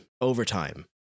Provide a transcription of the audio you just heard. overtime